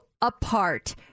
apart